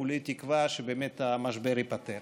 כולי תקווה שבאמת המשבר ייפתר.